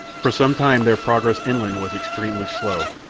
for some time their progress inland was extremely slow.